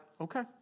okay